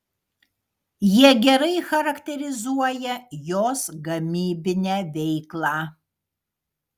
jie gerai charakterizuoja jos gamybinę veiklą